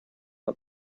the